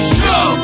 show